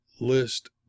list